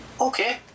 okay